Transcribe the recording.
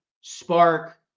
spark